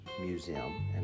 museum